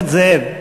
חבר הכנסת זאב,